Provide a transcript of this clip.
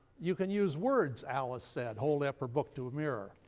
you can use words, alice said, holding up her book to a mirror.